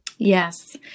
Yes